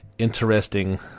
interesting